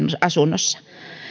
asunnossa